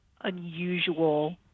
unusual